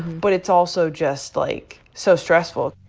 but it's also just like so stressful.